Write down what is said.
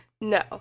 No